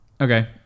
Okay